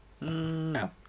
No